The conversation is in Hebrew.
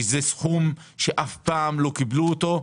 סכום שאף פעם לא קיבלו אותו.